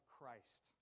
Christ